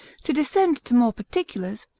to descend to more particulars,